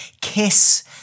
Kiss